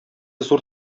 зур